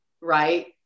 right